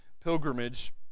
pilgrimage